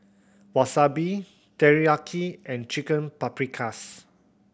Wasabi Teriyaki and Chicken Paprikas